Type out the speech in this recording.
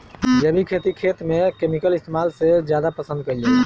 जैविक खेती खेत में केमिकल इस्तेमाल से ज्यादा पसंद कईल जाला